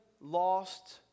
lost